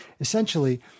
essentially